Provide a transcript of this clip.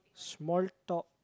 small talk